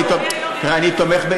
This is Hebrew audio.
אז אם יש פתרון, אתה תוכל לעזור?